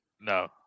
No